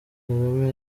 kagame